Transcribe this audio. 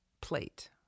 plate